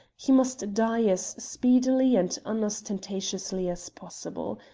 he must die as speedily and unostentatiously as possible.